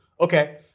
Okay